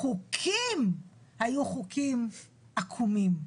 החוקים היו חוקים עקומים.